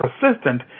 persistent